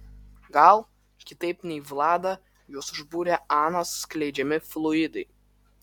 gal kitaip nei vladą juos užbūrė anos skleidžiami fluidai